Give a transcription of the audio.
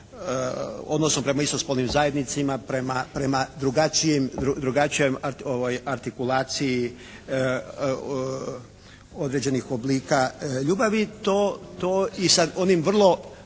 odnosom prema istospolnim zajednicama, prema drugačijoj artikulaciji određenih oblika ljubavi to i sa onim vrlo